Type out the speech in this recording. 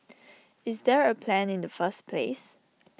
is there A plan in the first place